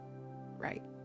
right